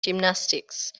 gymnastics